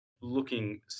looking